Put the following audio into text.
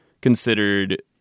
considered